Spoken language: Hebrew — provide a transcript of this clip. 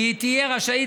והיא תהיה רשאית,